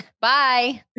bye